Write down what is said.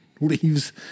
leaves